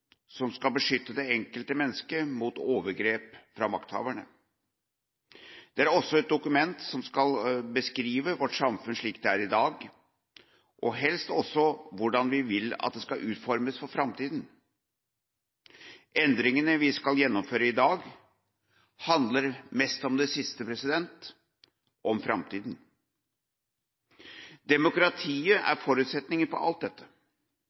som skal beskytte det enkelte mennesket mot overgrep fra makthaverne. Den er også et dokument som skal beskrive vårt samfunn slik det er i dag, og helst også hvordan vi vil at det skal utformes for framtida. Endringene vi skal gjennomføre i dag, handler mest om det siste – om framtida. Demokratiet er forutsetningen for alt dette.